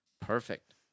Perfect